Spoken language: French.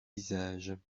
visages